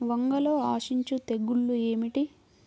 వంగలో ఆశించు తెగులు ఏమిటి?